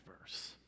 verse